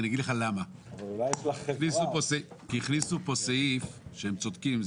ואני אגיד לך למה: כי הכניסו פה סעיף שהם צודקים,